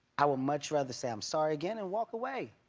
i would much rather say i'm sorry again and walk away,